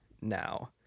now